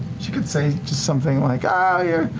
she could say just something like, ah, you're,